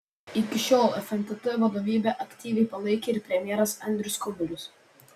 iki šiol fntt vadovybę aktyviai palaikė ir premjeras andrius kubilius